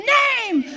name